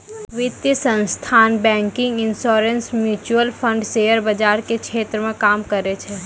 वित्तीय संस्थान banking insurance mutual fund share बाजार के क्षेत्र मे काम करै छै